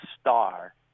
Star